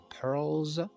pearls